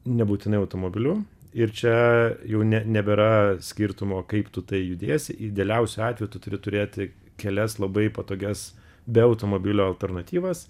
nebūtinai automobiliu ir čia jau ne nebėra skirtumo kaip tu tai judėsi idealiausiu atveju turi turėti kelias labai patogias be automobilio alternatyvas